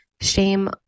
shame